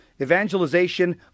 Evangelization